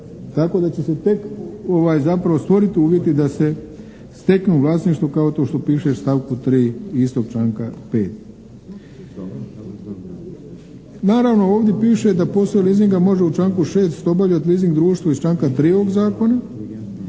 Tako da će se tek zapravo stvoriti uvjeti da se steknu u vlasništvo kao što to piše u stavku 3. istog članka 5. Naravno ovdje piše da poslove leasinga može u članku 6. obavljati leasing društvo iz članka 3. ovog